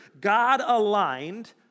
God-aligned